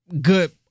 good